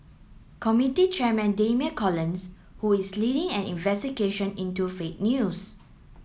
committee chairman Damian Collins who is leading an investigation into fake news